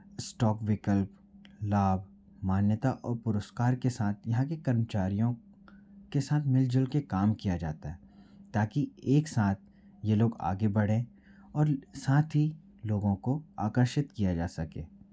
stock विकल्प लाभ मान्यता और पुरस्कार के साथ यहाँ के कर्मचारियों के साथ मिलजुल के काम किया जाता है ताकि एक साथ ये लोग आगे बढ़ें और साथ ही लोगों को आकर्षित किया जा सके